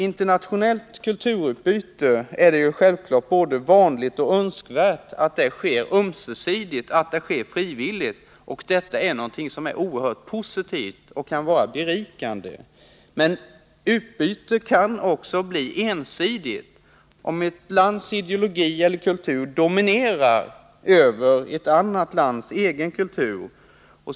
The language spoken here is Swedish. Det är självfallet både vanligt och önskvärt att internationellt kulturutbyte sker ömsesidigt och frivilligt. När så sker är detta någonting oerhört positivt och kan vara berikande för människor. Men utbytet kan också bli ensidigt, dvs. ett lands ideologi eller kultur dominerar över ett annat lands egen kultur.